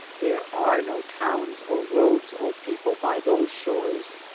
there are no towns or roads or people by those shores,